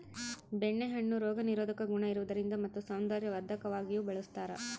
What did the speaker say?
ಬೆಣ್ಣೆ ಹಣ್ಣು ರೋಗ ನಿರೋಧಕ ಗುಣ ಇರುವುದರಿಂದ ಮತ್ತು ಸೌಂದರ್ಯವರ್ಧಕವಾಗಿಯೂ ಬಳಸ್ತಾರ